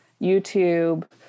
YouTube